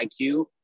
IQ